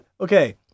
okay